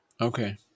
Okay